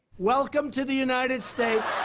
welcome to the united states.